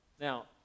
Now